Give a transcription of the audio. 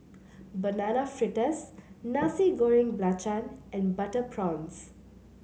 Banana Fritters Nasi Goreng Belacan and Butter Prawns